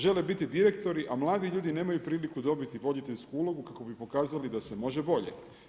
Žele biti direktora, a mladi ljudi nemaju priliku dobiti voditeljsku ulogu kako bi pokazali da se može bolje.